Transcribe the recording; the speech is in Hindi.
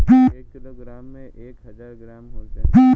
एक किलोग्राम में एक हजार ग्राम होते हैं